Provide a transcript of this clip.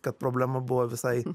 kad problema buvo visai